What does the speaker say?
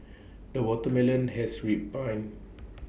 the watermelon has ripened